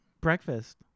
breakfast